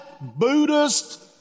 Buddhist